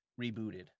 rebooted